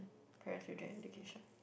parents should join education